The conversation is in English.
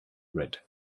red